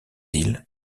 îles